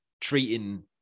treating